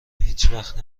هیچوقت